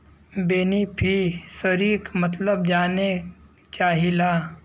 बेनिफिसरीक मतलब जाने चाहीला?